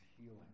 healing